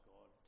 God